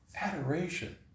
adoration